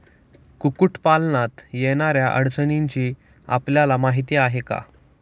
कुक्कुटपालनात येणाऱ्या अडचणींची आपल्याला माहिती आहे का?